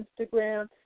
Instagram